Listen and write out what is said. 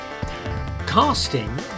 Casting